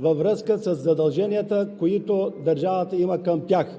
във връзка със задълженията, които държавата има към тях.